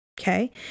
Okay